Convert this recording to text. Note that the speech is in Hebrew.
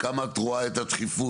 כמה את רואה את הדחיפות,